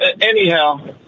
Anyhow